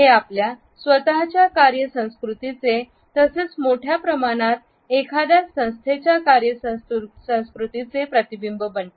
हे आपल्या स्वतःच्या कार्य संस्कृतीचे तसेच मोठ्या प्रमाणात एखाद्या संस्थेच्या कार्य संस्कृतीचे प्रतिबिंब बनते